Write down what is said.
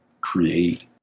create